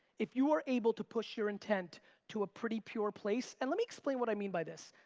if you are able to push your intent to a pretty pure place, and let me explain what i mean by this.